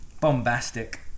Bombastic